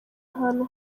ahantu